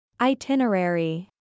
Itinerary